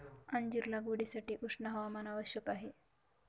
अंजीर लागवडीसाठी उष्ण हवामान आवश्यक आहे